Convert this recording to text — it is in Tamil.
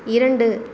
இரண்டு